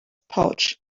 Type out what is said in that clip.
pouch